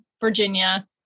Virginia